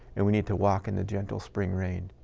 and we need to walk in the gentle spring rain.